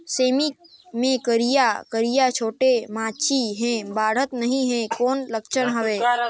सेमी मे करिया करिया छोटे माछी हे बाढ़त नहीं हे कौन लक्षण हवय?